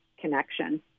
connection